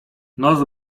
noc